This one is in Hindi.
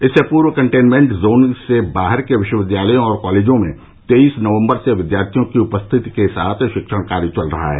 इससे पूर्व कन्टेंनमेंट जोन से बाहर के विश्वविद्यालयों और कॉलेजों में तेईस नवम्बर से विद्यार्थियों की उपस्थिति के साथ शिक्षण कार्य चल रहा है